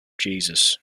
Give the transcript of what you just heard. jesus